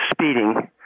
speeding